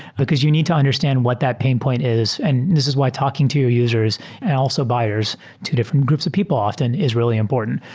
because you need to understand what that pain point is. and this is why talking to your users and also buyers to different groups of people often is really important.